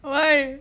why